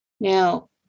Now